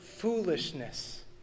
foolishness